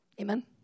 Amen